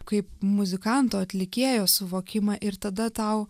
kaip muzikanto atlikėjo suvokimą ir tada tau